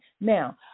Now